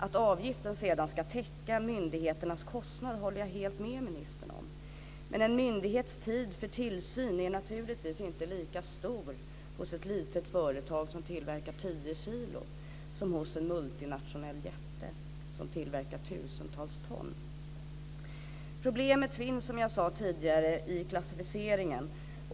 Att avgiften ska täcka myndigheternas kostnad håller jag helt med ministern om. Men en myndighets tid för tillsyn är naturligtvis inte lika lång hos ett litet företag som tillverkar tio kilo som hos en multinationell jätte som tillverkar tusentals ton. Problemet finns, som jag sade tidigare, i klassificeringen.